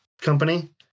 company